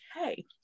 okay